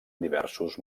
diversos